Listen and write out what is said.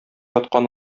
аткан